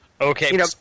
Okay